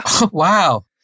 Wow